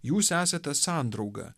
jūs esate sandrauga